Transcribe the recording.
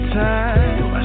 time